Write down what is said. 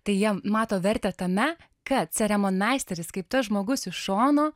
tai jie mato vertę tame kad ceremonmeisteris kaip tas žmogus iš šono